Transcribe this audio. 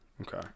Okay